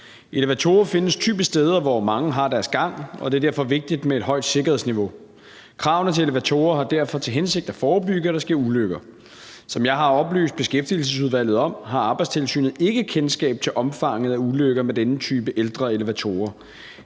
Elevatorer findes typisk steder, hvor mange har deres gang, og det er derfor vigtigt med et højt sikkerhedsniveau. Kravene til elevatorer har derfor til formål at forebygge, at der sker ulykker. Som jeg har oplyst Beskæftigelsesudvalget om, har Arbejdstilsynet ikke kendskab til omfanget af ulykker med denne type ældre elevatorer.